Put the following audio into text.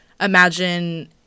imagine